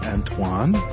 Antoine